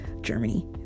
germany